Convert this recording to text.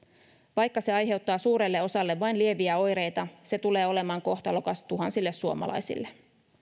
vaikka se aiheuttaa suurelle osalle vain lieviä oireita se tulee olemaan kohtalokas tuhansille suomalaisille